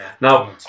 Now